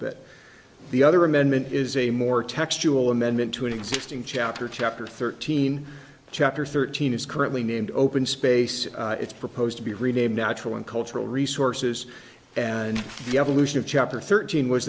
bit the other amendment is a more textual amendment to an existing chapter chapter thirteen chapter thirteen is currently named open space it's proposed to be renamed natural and cultural resources and the evolution of chapter thirteen was